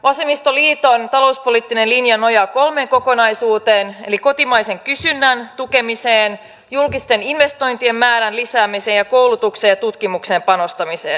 vasemmistoliiton talouspoliittinen linja nojaa kolmeen kokonaisuuteen eli kotimaisen kysynnän tukemiseen julkisten investointien määrän lisäämiseen sekä koulutukseen ja tutkimukseen panostamiseen